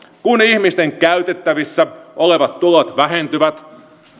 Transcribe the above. kun ihmisten käytettävissä olevat tulot vähentyvät